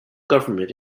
government